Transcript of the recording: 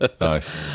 nice